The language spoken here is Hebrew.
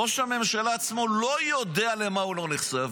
ראש הממשלה עצמו לא יודע למה הוא לא נחשף,